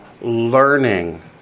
learning